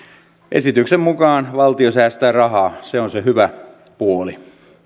esityksen mukaan valtio säästää rahaa se on se hyvä puoli